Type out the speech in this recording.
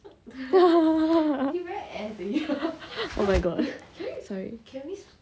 oh my god sorry